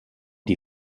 die